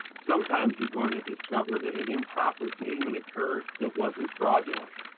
sometimes you're going to discover that an improper payment occurred that wasn't fraudulent.